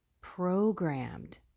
programmed